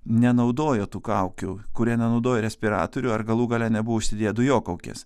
nenaudojo tų kaukių kurie nenaudoja respiratorių ar galų gale nebuvo užsidėję dujokaukės